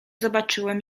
zobaczyłem